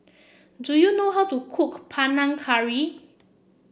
do you know how to cook Panang Curry